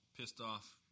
pissed-off